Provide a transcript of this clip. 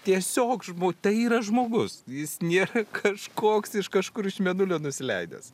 tiesiog va tai yra žmogus jis nėra kažkoks iš kažkur iš mėnulio nusileidęs